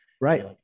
Right